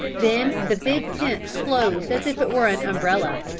then the big tent closed as if it were an umbrella,